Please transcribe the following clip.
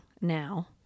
now